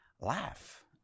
laugh